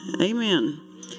Amen